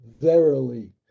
verily